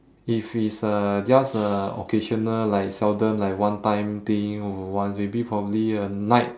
if it's uh just a occasional like seldom like one time thing or once maybe probably a night